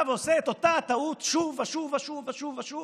ועושה את אותה הטעות שוב ושוב ושוב ושוב ושוב.